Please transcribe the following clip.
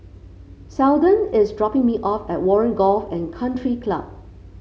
Seldon is dropping me off at Warren Golf and Country Club